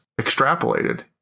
extrapolated